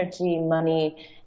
money